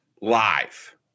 live